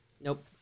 Nope